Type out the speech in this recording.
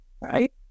right